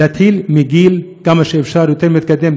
להתחיל מגיל כמה שאפשר יותר מוקדם,